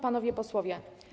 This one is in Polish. Panowie Posłowie!